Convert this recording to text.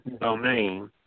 domain